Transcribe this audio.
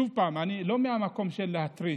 שוב, אני לא מהמקום של להתריס,